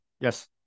Yes